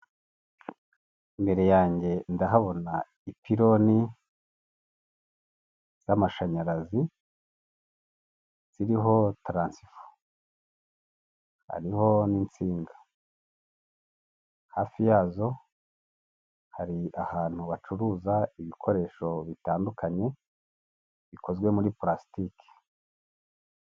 Imbere yanjye ndahabona ipiironi z'amashanyarazi ziriho transifo hariho n'insinga hafi yazo hari ahantu bacuruza ibikoresho bitandukanye bikozwe muri plasitiki .